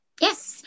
Yes